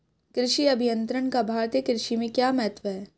कृषि अभियंत्रण का भारतीय कृषि में क्या महत्व है?